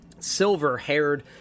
silver-haired